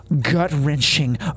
gut-wrenching